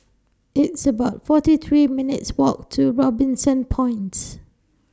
It's about forty three minutes' Walk to Robinson Points